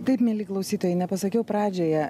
taip mieli klausytojai nepasakiau pradžioje